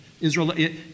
israel